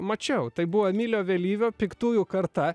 mačiau tai buvo emilio vėlyvio piktųjų karta